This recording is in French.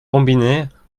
combinées